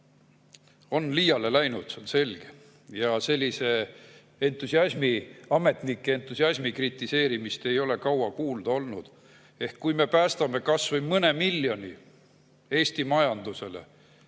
on liiale läinud, see on selge. Ja sellist ametnike entusiasmi kritiseerimist ei ole kaua kuulda olnud. Ehk kui me päästame kas või mõne miljoni Eesti majandusele